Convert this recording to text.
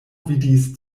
vidis